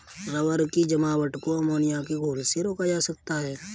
rubber की जमावट को अमोनिया के घोल से रोका जा सकता है